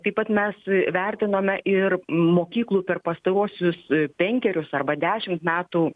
taip pat mes vertinome ir mokyklų per pastaruosius penkerius arba dešimt metų